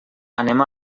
anem